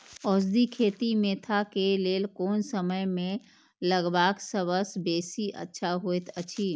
औषधि खेती मेंथा के लेल कोन समय में लगवाक सबसँ बेसी अच्छा होयत अछि?